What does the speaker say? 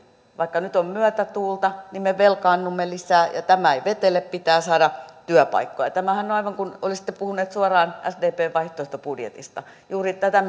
vaikka nyt on myötätuulta niin me velkaannumme lisää ja tämä ei vetele pitää saada työpaikkoja tämähän on aivan kuin olisitte puhunut suoraan sdpn vaihtoehtobudjetista juuri tätä